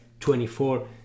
24